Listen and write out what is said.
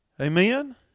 Amen